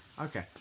Okay